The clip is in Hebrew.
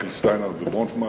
מייקל שטיינהרט וברונפמן.